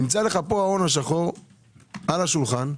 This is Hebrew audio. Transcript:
פה ההון השחור על השולחן,